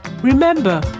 Remember